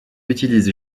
utilise